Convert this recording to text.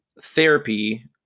therapy